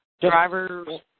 driver's